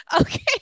Okay